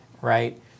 right